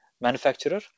manufacturer